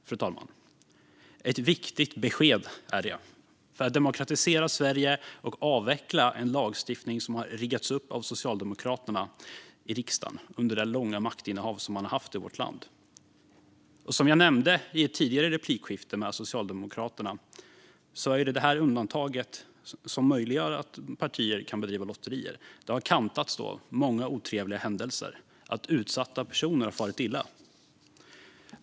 Det är ett viktigt besked för att demokratisera Sverige och avveckla en lagstiftning som har riggats av Socialdemokraterna i riksdagen under det långa maktinnehav de har haft i vårt land. Som jag nämnde i ett tidigare replikskifte med Socialdemokraterna har detta undantag som möjliggör att partier kan bedriva lotterier kantats av många otrevliga händelser. Utsatta personer har farit illa.